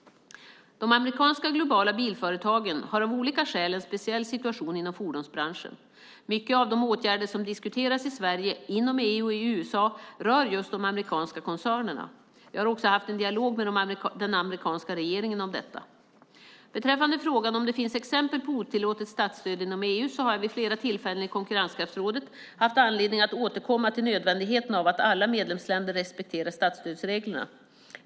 De amerikanska globala bilföretagen har av olika skäl en speciell situation inom fordonsbranschen. Många av de åtgärder som diskuteras i Sverige, inom EU och i USA rör just de amerikanska koncernerna. Jag har också haft en dialog med den amerikanska regeringen om detta. Beträffande frågan om det finns exempel på otillåtet statsstöd inom EU har jag vid flera tillfällen i konkurrenskraftsrådet haft anledning att återkomma till nödvändigheten av att alla medlemsländer respekterar statsstödsreglerna.